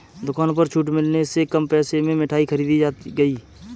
दुकान पर छूट मिलने से कम पैसे में मिठाई खरीदी गई